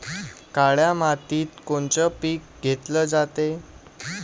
काळ्या मातीत कोनचे पिकं घेतले जाते?